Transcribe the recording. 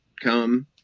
come